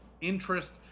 interest